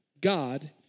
God